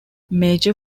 major